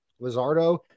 Lizardo